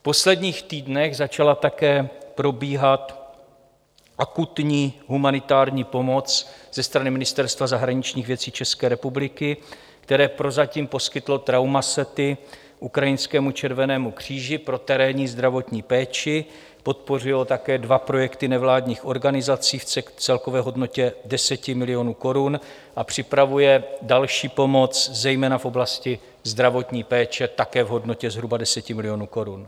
V posledních týdnech začala také probíhat akutní humanitární pomoc ze strany Ministerstva zahraničních věcí České republiky, které prozatím poskytlo traumasety ukrajinskému Červenému kříži pro terénní zdravotní péči, podpořilo také dva projekty nevládních organizací v celkové hodnotě 10 milionů korun a připravuje další pomoc, zejména v oblasti zdravotní péče, také v hodnotě zhruba 10 milionů korun.